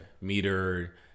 meter